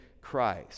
Christ